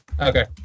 Okay